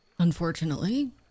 Unfortunately